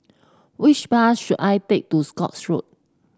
which bus should I take to Scotts Road